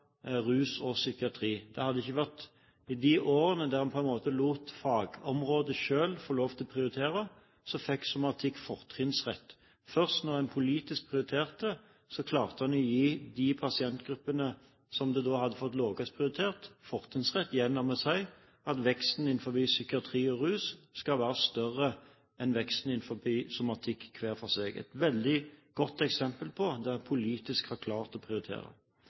og psykiatrien. I de årene der en på en måte lot fagområdet selv få lov til å prioritere, fikk somatikk fortrinnsrett. Først når en prioriterte politisk, klarte en å gi de pasientgruppene som hadde fått lavest prioritet, fortrinnsrett, gjennom å si at veksten innenfor psykiatrien og rusfeltet skal være større enn veksten innenfor somatikken, hver for seg – et veldig godt eksempel på områder der en politisk har klart å prioritere.